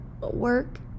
work